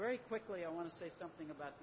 very quickly i want to say something about